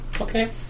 Okay